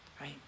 right